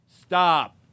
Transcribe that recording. Stop